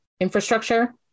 infrastructure